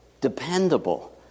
Dependable